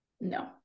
No